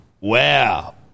Wow